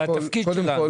זה התפקיד שלנו.